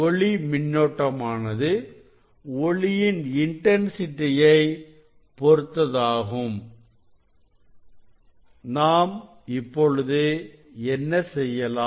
ஒளி மின்னோட்டமானது ஒளியின் இன்டன் சிட்டியை பொருத்ததாகும் நாம் இப்பொழுது என்ன செய்யலாம்